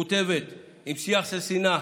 מקוטבת, עם שיח של שנאה,